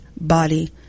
body